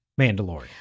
Mandalorian